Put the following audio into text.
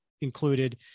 included